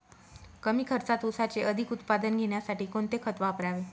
कमी खर्चात ऊसाचे अधिक उत्पादन घेण्यासाठी कोणते खत वापरावे?